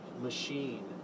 machine